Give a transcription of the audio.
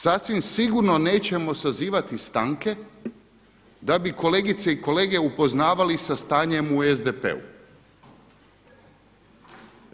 Sasvim sigurno nećemo sazivati stanke da bi kolegice i kolege upoznavali sa stanjem u SDP-u.